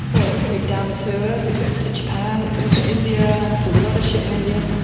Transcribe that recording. well, it took me down the sewers, it took me to japan, it took me to india. there's a lot of shit in india.